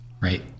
Right